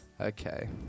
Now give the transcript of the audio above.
Okay